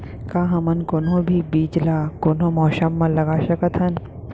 का हमन कोनो भी बीज ला कोनो मौसम म लगा सकथन?